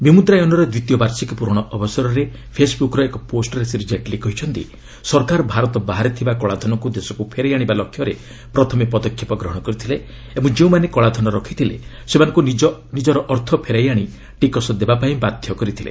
ବିମୁଦ୍ରାୟନର ଦ୍ୱିତୀୟ ବାର୍ଷିକୀ ପ୍ରରଣ ଅବସରରେ ଫେସ୍ବୁକ୍ର ଏକ ପୋଷ୍ଟରେ ଶ୍ରୀ କେଟ୍ଲୀ କହିଛନ୍ତି ସରକାର ଭାରତ ବାହାରେ ଥିବା କଳାଧନକୁ ଦେଶକ୍ତ ଫେରାଇ ଆଣିବା ଲକ୍ଷ୍ୟରେ ପ୍ରଥମେ ପଦକ୍ଷେପ ନେଇଥିଲେ ଓ ଯେଉଁମାନେ କଳାଧନ ରଖିଥିଲେ ସେମାନଙ୍କୁ ନିଜ ନିକର ଅର୍ଥ ଫେରାଇ ଆଣି ଟିକସ ଦେବାପାଇଁ ବାଧ୍ୟ କରିଥିଲେ